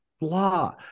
Blah